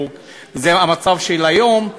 זה המצב של היום,